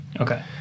Okay